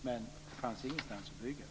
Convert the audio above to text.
Men det fanns ingenstans att bygga